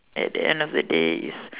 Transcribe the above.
at the end of the day is